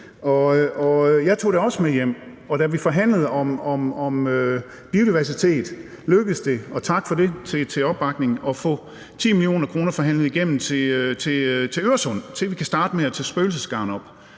jeg tog også oplevelsen med hjem, og da vi forhandlede om biodiversitet, lykkedes det – og tak for det; tak for opbakningen – at få 10 mio. kr. forhandlet igennem til Øresund, til at vi kan starte med at tage spøgelsesgarn op